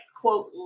quote